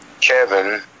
Kevin